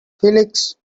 felix